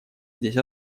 здесь